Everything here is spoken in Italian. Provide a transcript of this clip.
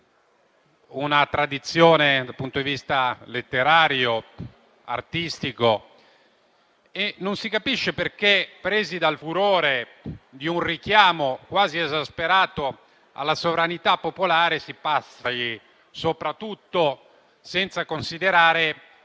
una tradizione dal punto di vista letterario e artistico. Non si capisce perché, presi dal furore di un richiamo quasi esasperato alla sovranità popolare, si proceda soprattutto senza considerare